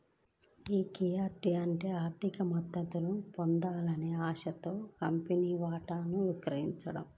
equity అంటే ఆర్థిక మద్దతును పొందాలనే ఆశతో మీ కంపెనీలో వాటాను విక్రయించడం